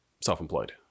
self-employed